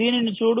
దీనిని చూడు